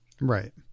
right